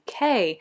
UK